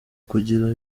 kugira